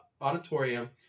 auditorium